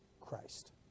Christ